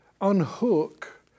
unhook